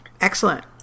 Excellent